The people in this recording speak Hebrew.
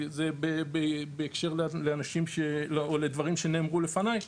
בהקשר לדברים שנאמרו לפניי,